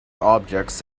objects